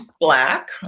black